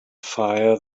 fire